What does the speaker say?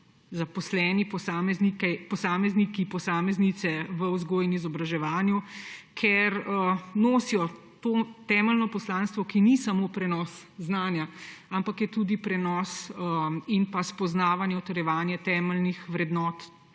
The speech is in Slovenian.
zaposleni posamezniki, posameznice v vzgoji in izobraževanju, ker nosijo temeljno poslanstvo, ki ni samo prenos znanja, ampak je tudi prenos in spoznavanje, utrjevanje temeljnih vrednot,